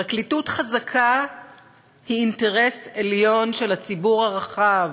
פרקליטות חזקה היא אינטרס עליון של הציבור הרחב,